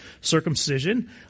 Circumcision